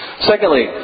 Secondly